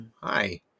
hi